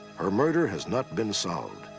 her murder has not been solved,